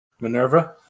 Minerva